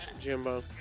Jimbo